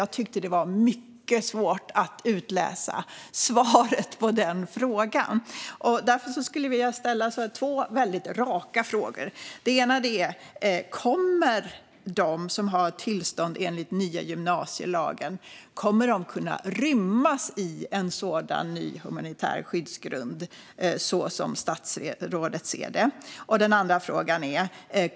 Jag tyckte att det var mycket svårt att utläsa svaret på den frågan. Därför skulle jag nu vilja ställa två väldigt raka frågor. Kommer de som har tillstånd enligt den nya gymnasielagen att kunna rymmas i en sådan ny humanitär skyddsgrund, som statsrådet ser det?